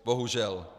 Bohužel.